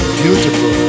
beautiful